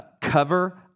cover